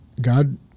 God